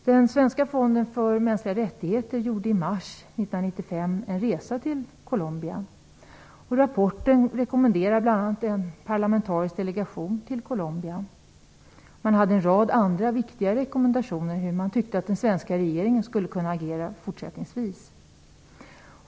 Den svenska fonden för mänskliga rättigheter gjorde i mars 1995 en resa till Colombia. Rapporten rekommenderar bl.a. att en parlamentarisk delegation reser till Colombia. Man hade en rad andra viktiga rekommendationer om hur man tyckte att den svenska regeringen skulle kunna agera fortsättningsvis.